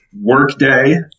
Workday